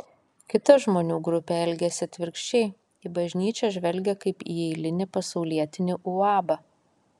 kita žmonių grupė elgiasi atvirkščiai į bažnyčią žvelgia kaip į eilinį pasaulietinį uabą